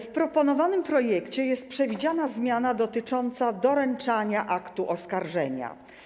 W proponowanym projekcie jest przewidziana zmiana dotycząca doręczania aktu oskarżenia.